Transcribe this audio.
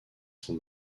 son